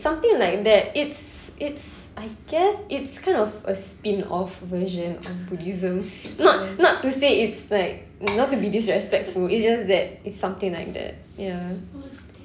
something like that it's it's I guess it's kind of a spin off version of buddhism not not to say it's like not to be disrespectful it's just that it's something like that ya